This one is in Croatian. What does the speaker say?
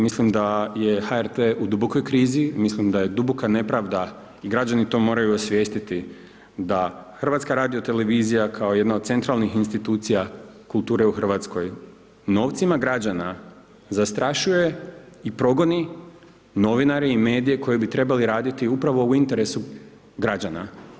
Mislim da je HRT u dubokoj krizi, mislim da je duboka nepravda i građani to moraju osvijestiti da HRT kao jedna od centralnih institucija kulture u Hrvatskoj, novcima građana zastrašuje i progoni novinare i medije koji bi trebali raditi upravo u interesu građana.